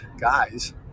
guys